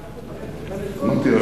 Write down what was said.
אמרתי,